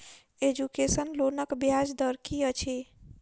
Education लोनक ब्याज दर की अछि?